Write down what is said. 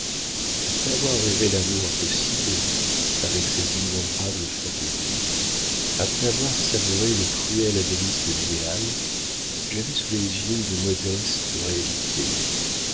après avoir rêvé l'amour impossible avec ses innombrables fantaisies après avoir savouré les cruelles délices de l'idéal j'avais sous les yeux une modeste réalité